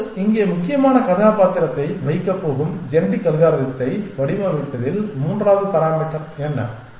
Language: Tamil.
இப்போது இங்கே முக்கியமான பாத்திரத்தை வகிக்கப் போகும் ஜெனடிக் அல்காரிதத்தை வடிவமைப்பதில் மூன்றாவது பாராமீட்டர் என்ன